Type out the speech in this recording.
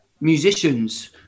musicians